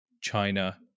China